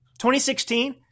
2016